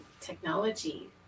technology